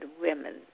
women